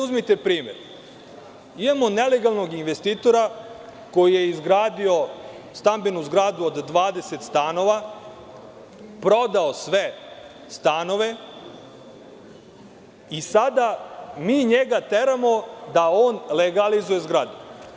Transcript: Uzmite sad primer: imamo nelegalnog investitora koji je izgradio stambenu zgradu od 20 stanova, prodao sve stanove i sada mi njega teramo da on legalizuje zgradu.